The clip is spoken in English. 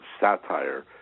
satire